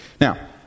Now